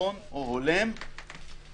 נכון או הולם לומר,